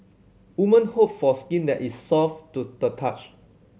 woman hope for skin that is soft to the touch